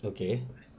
okay